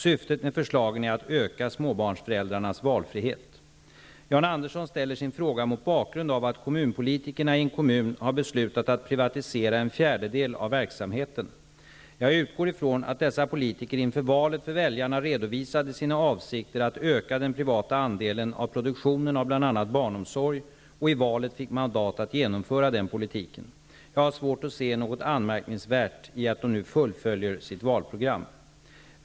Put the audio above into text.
Syftet med förslagen är att öka småbarnsföräldrarnas valfrihet. Jan Andersson ställer sin fråga mot bakgrund av att kommunpolitikerna i en kommun har beslutat att privatisera en fjärdedel av verksamheten. Jag utgår ifrån att dessa politiker inför valet för väljarna redovisade sina avsikter att öka den privata andelen av produktionen av bl.a. barnomsorg och i valet fick mandat att genomföra den politiken. Jag har svårt att se något anmärkningsvärt i att de nu fullföljer sitt valprogram.